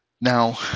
now